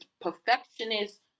perfectionist